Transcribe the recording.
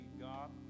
God